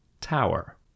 tower